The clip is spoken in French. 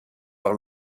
par